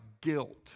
guilt